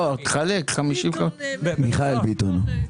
לא, תחלק 50-50. מיכאל ביטון.